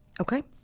Okay